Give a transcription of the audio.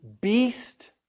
beast